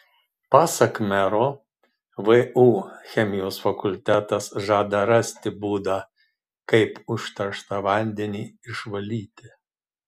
pasak mero vu chemijos fakultetas žada rasti būdą kaip užterštą vandenį išvalyti